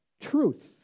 truth